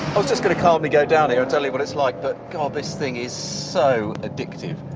i was just going to calmly go down tell you what it's like but god this thing is so addictive.